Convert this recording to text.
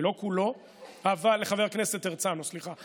טופורובסקי, לא כולו, חבר הכנסת הרצנו, סליחה.